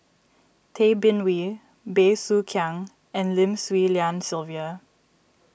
Tay Bin Wee Bey Soo Khiang and Lim Swee Lian Sylvia